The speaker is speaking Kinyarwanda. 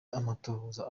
amatohoza